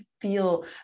feel